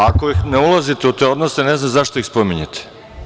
Ako ne ulazite u te odnose, ne znam zašto ih spominjete?